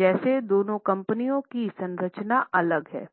जैसे दोनों कंपनियां की संरचना अलग हैं